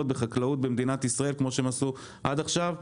מחקלאות במדינת ישראל כמו שהם עשו עד עכשיו.